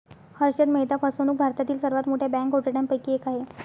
हर्षद मेहता फसवणूक भारतातील सर्वात मोठ्या बँक घोटाळ्यांपैकी एक आहे